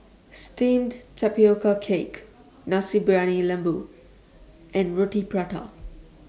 Steamed Tapioca Cake Nasi Briyani Lembu and Roti Prata